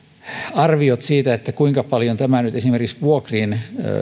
arviot siitä kuinka paljon tämä nyt esimerkiksi vuokria